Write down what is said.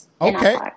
Okay